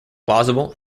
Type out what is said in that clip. plausible